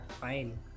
fine